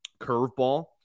curveball